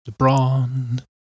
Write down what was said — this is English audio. LeBron